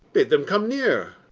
bid them come near.